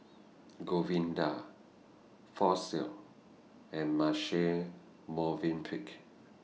Govinda Fossil and Marche Movenpick